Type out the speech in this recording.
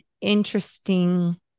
interesting